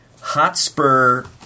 Hotspur